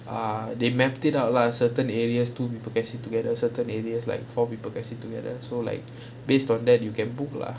uh they map it out lah certain areas two people can sit together certain areas like four people can sit together so like based on that you can book lah